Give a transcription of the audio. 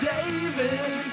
David